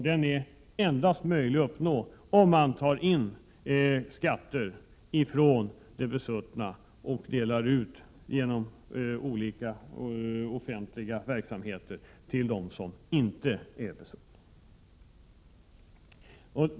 Detta är möjligt att uppnå endast om man genom skatter tar från de besuttna och delar ut medlen genom olika offentliga verksamheter till dem som inte är besuttna.